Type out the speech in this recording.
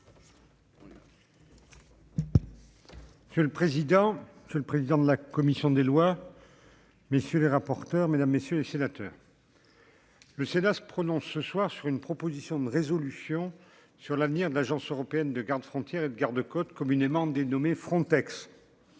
Monsieur le président. C'est le président de la commission des lois. Messieurs les rapporteurs, mesdames, messieurs les sénateurs. Le Sénat se prononce ce soir sur une proposition de résolution sur l'avenir de l'Agence européenne de gardes-frontières et de garde-côtes communément dénommée Frontex.